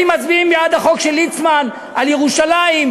האם מצביעים בעד החוק של ליצמן על ירושלים?